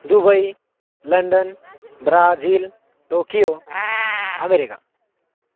Dubai London Brazil Tokyo America